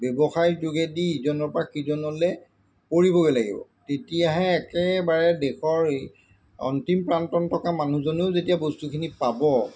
ব্যৱসায় যোগেদি ইজনৰপৰা সিজনলৈ কৰিবগৈ লাগিব তেতিয়াহে একেবাৰে দেশৰ এই অন্তিম প্ৰান্তত থকা মানুহজনেও যেতিয়া বস্তুখিনি পাব